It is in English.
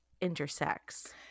intersects